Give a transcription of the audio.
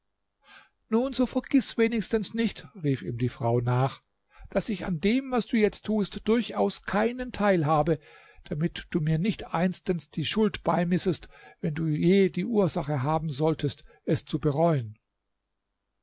nun so vergiß wenigstens nicht rief ihm die frau nach daß ich an dem was du jetzt tust durchaus keinen teil habe damit du mir nicht einstens die schuld beimissest wenn du je ursache haben solltest es zu bereuen